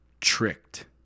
tricked